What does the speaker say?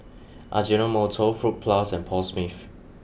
Ajinomoto Fruit Plus and Paul Smith